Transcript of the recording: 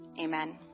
amen